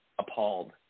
appalled